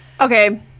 okay